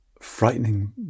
frightening